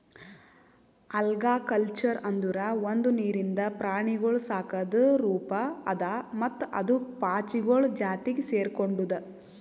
algaculture ಅಂದುರ್ ಒಂದು ನೀರಿಂದ ಪ್ರಾಣಿಗೊಳ್ ಸಾಕದ್ ರೂಪ ಅದಾ ಮತ್ತ ಅದು ಪಾಚಿಗೊಳ್ ಜಾತಿಗ್ ಸೆರ್ಕೊಂಡುದ್